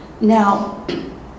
Now